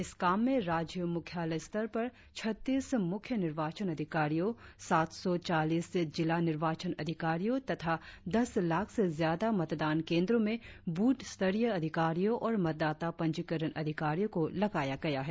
इस काम में राज्य मुख्यालय स्तर पर छत्तीस मुख्य निर्वाचन अधिकारियों सात सौ चालीस जिला निर्वाचन अधिकारियों तथा दस लाख से ज्यादा मतदान केंद्रों में ब्रथ स्तरीय अधिकारियों और मतदाता पंजीकरण अधिकारियों को लगाया गया है